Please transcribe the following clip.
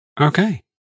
okay